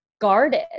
guarded